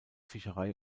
fischerei